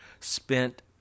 spent